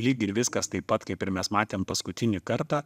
lyg ir viskas taip pat kaip ir mes matėm paskutinį kartą